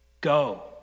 go